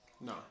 No